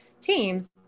teams